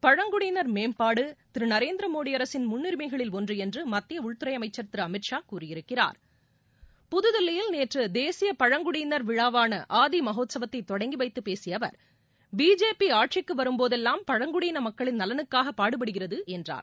பழங்குடியினர் மேம்பாடு திரு நரேந்திர மோடி அரசின் முன்னுரிமைகளில் ஒன்று என்று மத்திய உள்துறை அமைச்சர் திரு அமித் ஷா கூறியிருக்கிறார் புதுதில்லியில் நேற்று தேசிய பழங்குடியினர் விழாவான ஆதி மகோத்சவத்தை தொடங்கி வைத்து பேசிய அவர் பிஜேபி ஆட்சிக்கு வரும்போதெல்லாம் பழங்குடியின மக்களின் நலனுக்காக பாடுபடுகிறது என்றார்